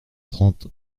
trente